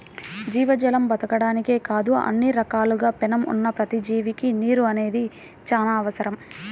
జీవజాలం బతకడానికే కాదు అన్ని రకాలుగా పేణం ఉన్న ప్రతి జీవికి నీరు అనేది చానా అవసరం